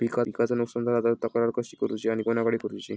पिकाचा नुकसान झाला तर तक्रार कशी करूची आणि कोणाकडे करुची?